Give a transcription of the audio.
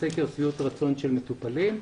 זה סקר שביעות רצון של מטופלים.